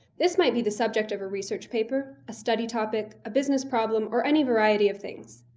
this might be the subject of a research paper, a study topic, a business problem, or any variety of things.